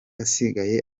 asigaye